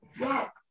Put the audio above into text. Yes